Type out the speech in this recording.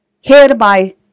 hereby